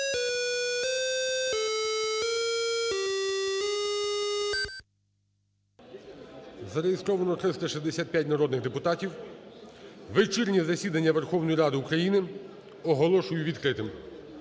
Зареєстровано 365 народних депутатів. Вечірнє засідання Верховної Ради України оголошую відкритим.